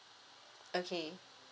okay